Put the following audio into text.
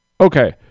Okay